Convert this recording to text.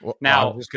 Now